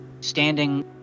standing